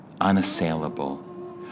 unassailable